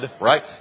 right